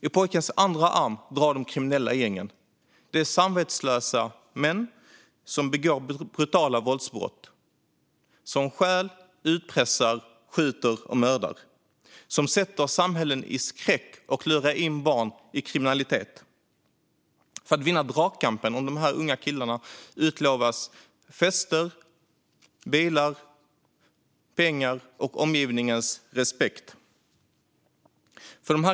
I pojkens andra arm drar de kriminella gängen. Det är samvetslösa män som begår brutala våldsbrott. De stjäl, utpressar, skjuter och mördar. De försätter samhällen i skräck och lurar in barn i kriminalitet. För att vinna dragkampen om de här unga killarna utlovas fester, bilar, pengar och omgivningens "respekt".